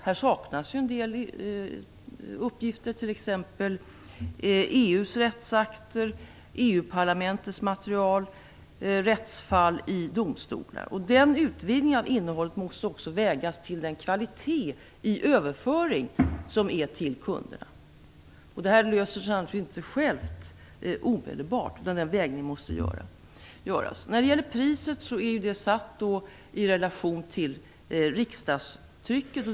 Det saknas en del uppgifter, t.ex. EU:s rättsakter, EU parlamentets material och rättsfall i domstolar. Utvidgningen av innehållet måste också vägas mot kvaliteten vad gäller överföringen till kunderna. Detta är inte något som omedelbart löser sig av sig självt. Den här vägningen måste göras. Priset är satt i relation till riksdagstrycket.